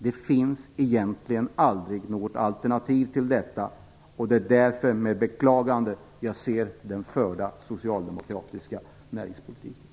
Det finns egentligen aldrig något alternativ till detta, och det är därför med beklagande jag ser den förda socialdemokratiska näringspolitiken.